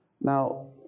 Now